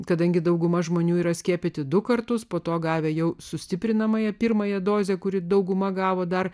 kadangi dauguma žmonių yra skiepyti du kartus po to gavę jau sustiprinamąja pirmąją dozę kuri dauguma gavo dar